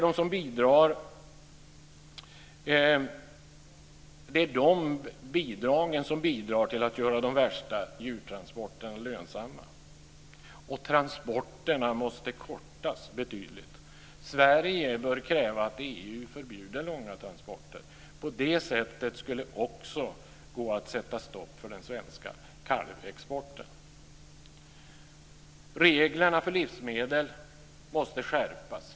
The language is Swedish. Det är de bidragen som medverkar till att göra de värsta djurtransporterna lönsamma. Och transporterna måste kortas betydligt. Sverige bör kräva att EU förbjuder långa transporter. På det sättet skulle det också gå att sätta stopp för den svenska kalvexporten. Reglerna för livsmedel måste skärpas.